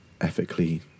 ethically